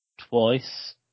twice